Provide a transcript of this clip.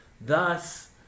Thus